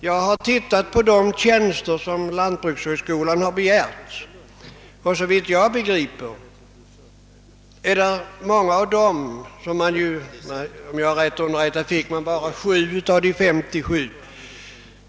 Jag har sett litet närmare på de tjänster som lantbrukshögskolan begärt, och om jag är riktigt underrättad har skolan bara fått 7 av de 57 begärda tjänsterna.